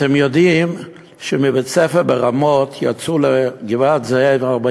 אתם יודעים שמבית-ספר ברמות יצאו לגבעת-זאב 40